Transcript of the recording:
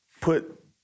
put